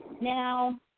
now